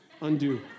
Undo